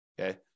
okay